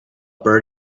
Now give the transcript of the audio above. bird